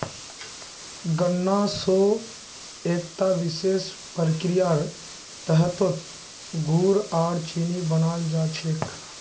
गन्ना स एकता विशेष प्रक्रियार तहतत गुड़ आर चीनी बनाल जा छेक